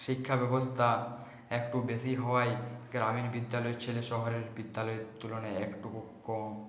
শিক্ষাব্যবস্থা একটু বেশি হওয়ায় গ্রামীণ বিদ্যালয়ের ছেলে শহরের বিদ্যালয়ের তুলনায় একটুকু কম